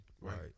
Right